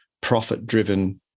profit-driven